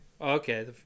Okay